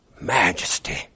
majesty